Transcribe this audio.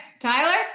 Tyler